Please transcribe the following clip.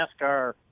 NASCAR